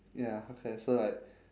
ya okay so like